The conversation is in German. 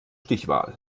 stichwahl